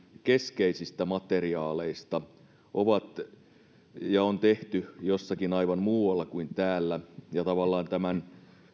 keskeisistä materiaaleista on tehty jossakin aivan muualla kuin täällä ja tavallaan tämän